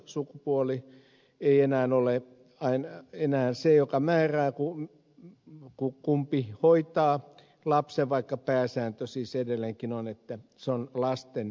sukupuoli ei enää ole se joka määrää kumpi hoitaa lapsen vaikka pääsääntö siis edelleenkin on että se on naisten tehtävänä